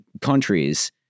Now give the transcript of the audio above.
countries